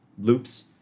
loops